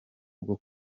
bwo